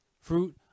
fruit